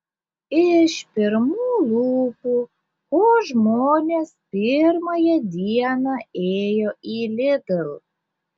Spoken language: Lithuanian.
iš pirmų lūpų ko žmonės pirmąją dieną ėjo į lidl